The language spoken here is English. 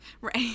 Right